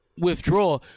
withdraw